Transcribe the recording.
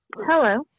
Hello